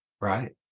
Right